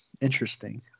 interesting